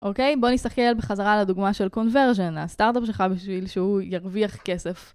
אוקיי? בוא נסתכל בחזרה על הדוגמה של קונברז'ן, הסטארט-אפ שלך בשביל שהוא ירוויח כסף.